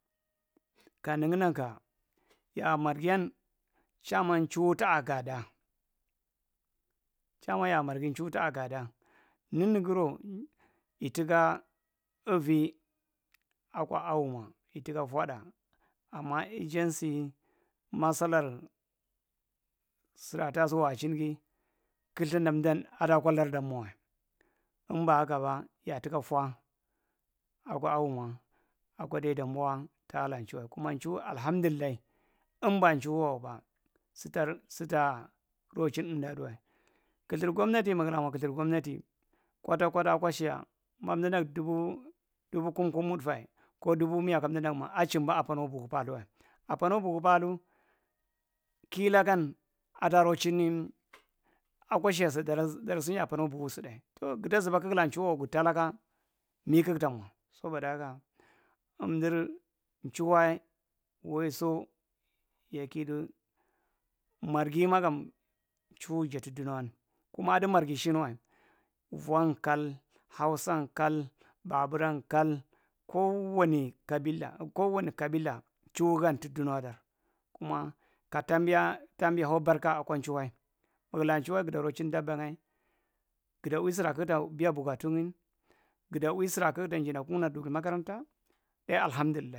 Kanigi nanka ya’amargiyan nchuhu taa ghada chrman ya’a marghi nchuhu ta’a ga’aɗa ninigiro ituka uvi akwa ahummwa ituka fwatɗa amma ejjan sin masalar silaa tusu wa cjingi kathin-ɗa emdan aɗakwalarda mawa imbahakaba yaatuka ffwa akwa ahumma akwa dai danbuwa taalan chuhae kuma nchuhu alahamdullai emba nchuwan wakwa sitaa rochin emda duwae kathir gomnati muga lamwa kathir gomnati kwata kwataa kwa shiya mandu nag kkum kum mutfae dubu miya kandu nak ma achimba apanaw buku pathu wae apanow buku paathu kielaka ada- rochinni akwa shiya std ɗar sinya apanow buku sutɗa tou guda zuba kug laa nchuhu wakwa gutala ka mi- kugtamwa saboda haka emd nchuhwae waeso yakidu marghi mkam nchuhu jadi ɗunowan kuma aɗi marghi shinwa vwan kal, hausa kal, baaburan kal, koowani kabila koowani kabila chubu gan tuɗonwa ɗar kuma ka taambiya taambi ho barka akwa chuhae mugulae chulae gua rochi ɗabba ngae guda wi suraa kug ta biyu bukaa tuningn ghuda wi suraa kugta ginɗa kugna duri magaran taa dayi